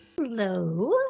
Hello